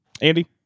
Andy